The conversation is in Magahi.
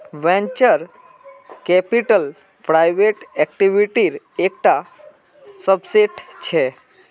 वेंचर कैपिटल प्राइवेट इक्विटीर एक टा सबसेट छे